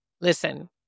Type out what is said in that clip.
Listen